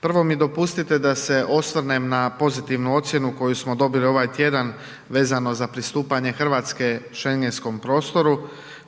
Prvo mi dopustite da se osvrnem na pozitivnu ocjenu koju smo dobili ovaj tjedan vezano za pristupanje Hrvatske Schengenskom prostoru.